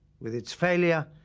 with its failure,